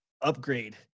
upgrade